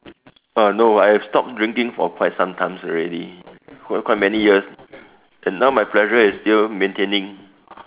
uh no I have stopped drinking for quite some times already quite many years and now my pressure is still maintaining